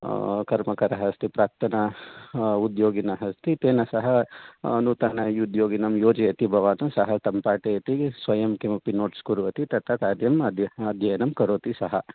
कर्मकरः अस्ति प्राक्तन उद्योगिनः अस्ति तेन सह नूतन उद्योगिनं योजयति भवान् सः तं पाठयति स्वयं किमपि नोट्स् करोति तथा कार्यं अद्य अध्ययनं करोति सः